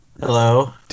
Hello